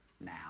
now